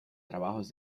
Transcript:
trabajos